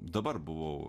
dabar buvau